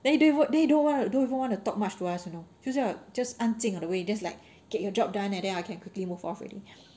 then he don't even he don't even want to talk much to us you know 就 just 安静 all the way just like get your job done and then I can quickly move off already